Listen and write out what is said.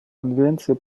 конвенции